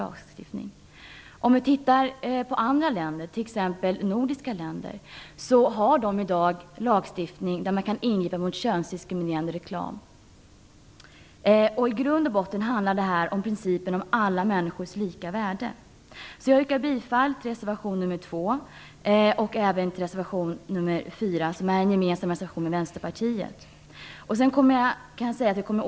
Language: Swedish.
Vi kan titta på andra länder, t.ex. nordiska länder. De har i dag en lagstiftning som gör att man kan ingripa mot könsdiskriminerande reklam. I grund och botten handlar detta om principen om alla människors lika värde. Jag yrkar bifall till reservation nr 2, som är gemensam med Vänsterpartiet, och till reservation nr 4.